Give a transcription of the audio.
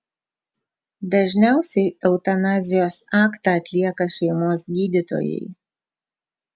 dažniausiai eutanazijos aktą atlieka šeimos gydytojai